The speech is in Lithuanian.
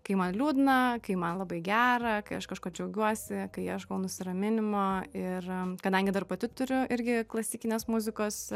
kai man liūdna kai man labai gera kai aš kažkuo džiaugiuosi kai ieškau nusiraminimo ir kadangi dar pati turiu irgi klasikinės muzikos